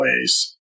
ways